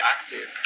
active